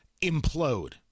implode